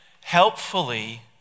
Helpfully